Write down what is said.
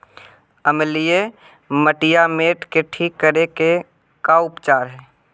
अमलिय मटियामेट के ठिक करे के का उपचार है?